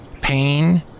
pain